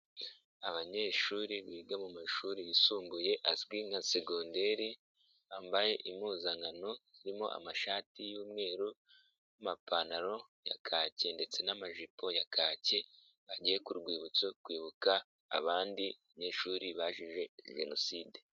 Abanyeshuri biga mu mashuri yisumbuye azwi nka segonderi, bambaye impuzankano zirimo amashati y'umweru n'amapantaro ya kake ndetse n'amajipo ya kake, bagiye ku rwibutso kwibuka abandi banyeshuri bazize Jenoside.